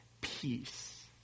peace